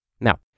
Now